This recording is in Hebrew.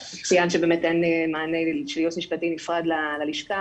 את ציינת שבאמת אין מענה של ייעוץ משפטי נפרד ללשכה